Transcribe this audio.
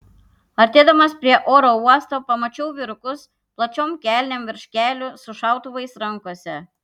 artėdamas prie oro uosto pamačiau vyrukus plačiom kelnėm virš kelių su šautuvais rankose